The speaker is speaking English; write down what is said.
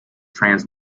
trans